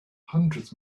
hundreds